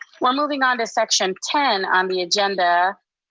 we're moving on to section ten on the agenda.